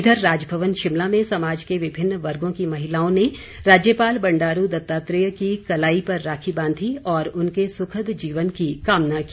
इधर राजभवन शिमला में समाज के विभिन्न वर्गों की महिलाओं ने राज्यपाल बंडारू दत्तात्रेय की कलाई पर राखी बांधी और उनके सुखद जीवन की कामना की